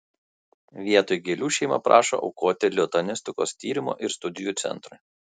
vietoj gėlių šeima prašo aukoti lituanistikos tyrimo ir studijų centrui